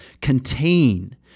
contain—